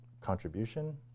contribution